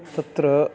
तत्र